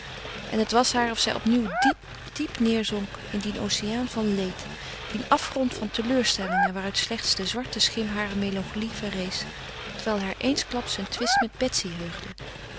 en het was haar of zij opnieuw diep diep neêrzonk in dien oceaan van leed dien afgrond van teleurstellingen waaruit slechts de zwarte schim harer melancholie verrees terwijl haar eensklaps een twist met betsy heugde